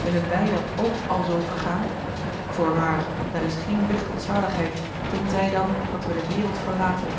willen wij dan ook alzoo vergaan voorwaar daar is geen weg tot zaligheid tenzij dan dat we de wereld verlaten